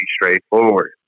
straightforward